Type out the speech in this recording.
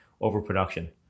overproduction